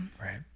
right